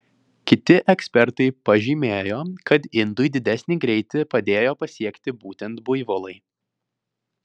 kiti ekspertai pažymėjo kad indui didesnį greitį padėjo pasiekti būtent buivolai